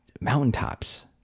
Mountaintops